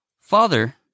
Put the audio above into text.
father